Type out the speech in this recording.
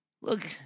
Look